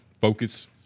focus